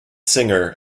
singer